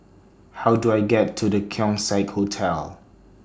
How Do I get to The Keong Saik Hotel